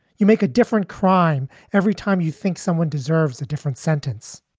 you make a different crime every time you think someone deserves a different sentence